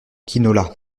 quinola